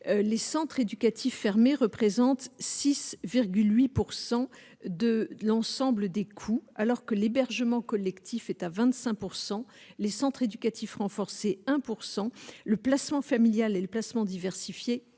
les centres éducatifs fermés représente 6,8 pour 100 de l'ensemble des coûts alors que l'hébergement collectif est à 25 pourcent les centres éducatifs renforcés 1 pourcent le placement familial et le placement diversifié